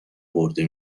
برده